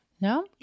No